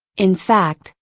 in fact,